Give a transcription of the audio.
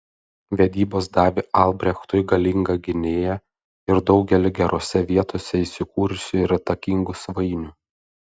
vedybos davė albrechtui galingą gynėją ir daugelį gerose vietose įsikūrusių ir įtakingų svainių